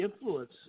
influence